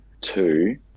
Two